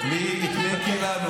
אתה לא מתבייש?